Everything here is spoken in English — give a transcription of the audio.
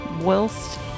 Whilst